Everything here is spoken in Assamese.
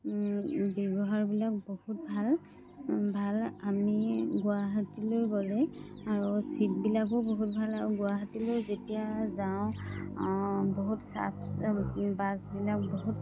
ব্যৱহাৰবিলাক বহুত ভাল ভাল আমি গুৱাহাটীলৈ গ'লে আৰু ছিটবিলাকো বহুত ভাল আৰু গুৱাহাটীলৈ যেতিয়া যাওঁ বহুত চাফ বাছবিলাক বহুত